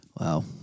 Wow